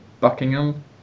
Buckingham